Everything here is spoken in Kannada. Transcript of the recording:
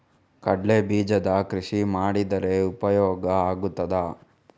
ಕಡ್ಲೆ ಬೀಜದ ಕೃಷಿ ಮಾಡಿದರೆ ಉಪಯೋಗ ಆಗುತ್ತದಾ?